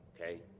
Okay